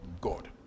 God